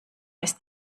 ist